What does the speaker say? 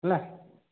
ହେଲା